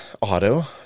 auto